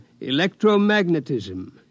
Electromagnetism